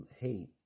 hate